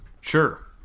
sure